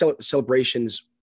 celebrations